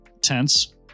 tense